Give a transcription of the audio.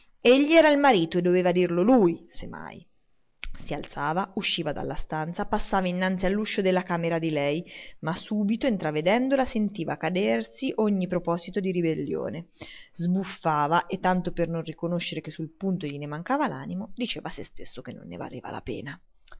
egli era il marito e doveva dirlo lui se mai si alzava usciva dalla stanza passava innanzi all'uscio della camera di lei ma subito intravedendola sentiva cadersi ogni proposito di ribellione sbuffava e tanto per non riconoscere che sul punto gliene mancava l'animo diceva a se stesso che non ne valeva la pena